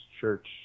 church